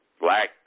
Black